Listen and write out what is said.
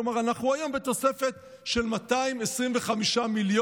כלומר, אנחנו היום בתוספת של 225 מיליון,